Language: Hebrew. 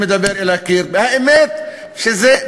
הצעת החוק קובעת כי הזכות לכספים המועברים לאגודות